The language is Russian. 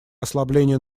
ослабления